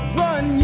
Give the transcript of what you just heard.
run